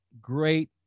great